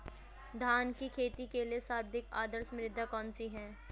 धान की खेती के लिए सर्वाधिक आदर्श मृदा कौन सी है?